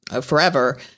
forever